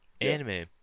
anime